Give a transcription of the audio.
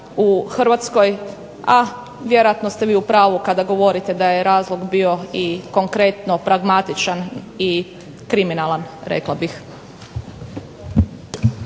u Hrvatskoj. A vjerojatno ste vi u pravu kada govorite da je razlog bio konkretno pragmatičan i kriminalan rekla bih.